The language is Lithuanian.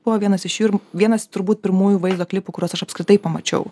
buvo vienas iš jų ir vienas turbūt pirmųjų vaizdo klipų kuriuos aš apskritai pamačiau